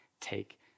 take